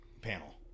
panel